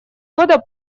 года